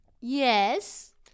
Yes